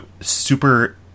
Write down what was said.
super